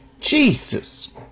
Jesus